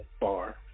bar